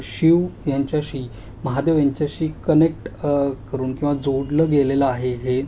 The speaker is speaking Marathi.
शिव यांच्याशी महादेव यांच्याशी कनेक्ट करून किंवा जोडलं गेलेलं आहे हे